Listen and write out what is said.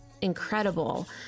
incredible